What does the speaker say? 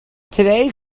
today